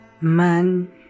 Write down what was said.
Man